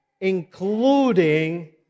including